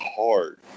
hard